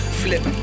flip